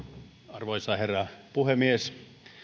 arvoisa herra puhemies